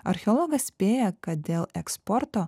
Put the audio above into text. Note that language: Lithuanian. archeologas spėja kad dėl eksporto